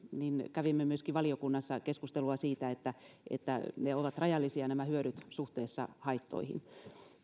kävimme valiokunnassa keskustelua myöskin siitä että että nämä hyödyt ovat rajallisia suhteessa haittoihin